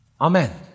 Amen